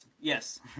Yes